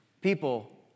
People